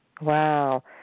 Wow